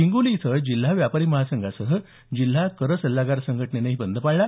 हिंगोली इथं जिल्हा व्यापारी महासंघासह जिल्हा कर सछागार संघटनेनंही बंद पाळला